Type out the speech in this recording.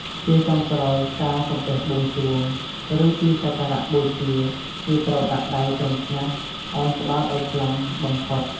ជាចុងក្រោយការសំពះបួងសួង ឬទីសក្ការបូជា គឺត្រូវដាក់ដៃត្រឹមថ្ងាស ឱនក្បាលឲ្យខ្លាំងបំផុត។